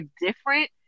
different